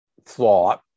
thought